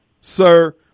sir